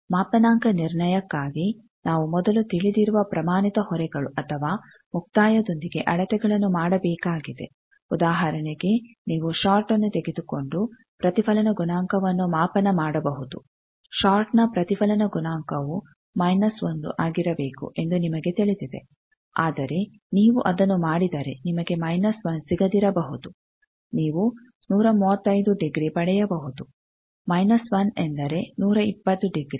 ಮಾಪನಾಂಕ ನಿರ್ಣಯಕ್ಕಾಗಿ ನಾವು ಮೊದಲು ತಿಳಿದಿರುವ ಪ್ರಮಾಣಿತ ಹೊರೆಗಳು ಅಥವಾ ಮುಕ್ತಾಯದೊಂದಿಗೆ ಅಳತೆಗಳನ್ನು ಮಾಡಬೇಕಾಗಿದೆ ಉದಾಹರಣೆಗೆ ನೀವು ಶೋರ್ಟ್ ನ್ನು ತೆಗೆದುಕೊಂಡು ಪ್ರತಿಫಲನ ಗುಣಾಂಕವನ್ನು ಮಾಪನ ಮಾಡಬಹುದು ಶೋರ್ಟ್ ನ ಪ್ರತಿಫಲನ ಗುಣಾಂಕವು ಮೈನಸ್ 1 ಆಗಿರಬೇಕು ಎಂದು ನಿಮಗೆ ತಿಳಿದಿದೆ ಆದರೆ ನೀವು ಅದನ್ನು ಮಾಡಿದರೆ ನಿಮಗೆ ಮೈನಸ್ 1 ಸಿಗದಿರಬಹುದು ನೀವು 135 ಡಿಗ್ರಿ ಪಡೆಯಬಹುದು ಮೈನಸ್ 1 ಎಂದರೆ 120 ಡಿಗ್ರಿ